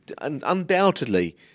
undoubtedly